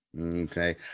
okay